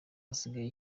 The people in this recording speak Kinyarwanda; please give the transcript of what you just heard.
hasigaye